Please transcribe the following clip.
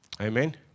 Amen